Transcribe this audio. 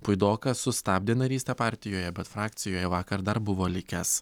puidokas sustabdė narystę partijoje bet frakcijoje vakar dar buvo likęs